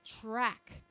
track